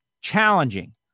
challenging